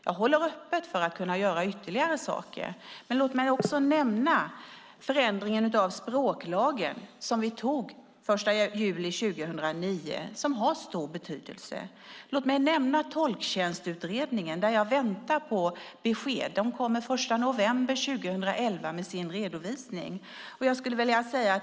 Jag håller öppet för att kunna göra ytterligare saker. Men låt mig också nämna förändringen att språklagen, som vi beslutade om den 1 juli 2009. Den har stor betydelse. Låt mig nämna Tolktjänstutredningen, där jag väntar på besked. De kommer med sin redovisning den 1 november 2011.